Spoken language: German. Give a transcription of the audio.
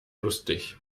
lustig